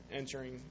entering